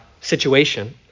situation